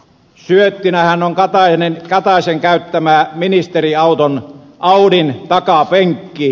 syöttinähän on kataisen käyttämä ministeriauton audin takapenkki